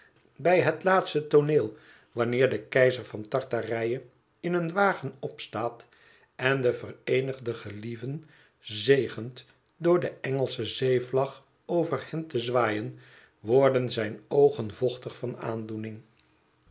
bij het laatste tooneel wanneer de keizer van tart ar ij e in een wagen opstaat en de vereenigde gelieven zegent door de engelsche zeevlag over hen te zwaaien worden zijne oogen vochtig van aandoening